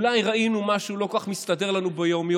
אולי ראינו משהו שלא כל כך מסתדר לנו ביום-יום,